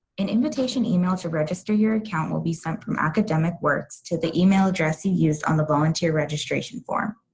an invitation email to register your account will be sent from academic words to the email address you used on the volunteer registration form.